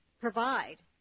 Provide